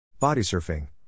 Bodysurfing